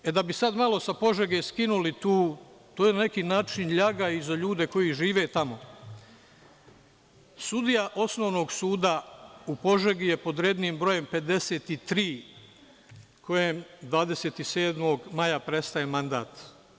Da bi sada sa Požege skinuli tu, to je na neki način ljaga i za ljude koji žive tamo, sudija Osnovnog suda u Požegi je pod rednim brojem 53. kojem 27. maja prestaje mandat.